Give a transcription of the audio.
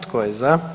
Tko je za?